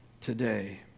today